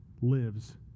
lives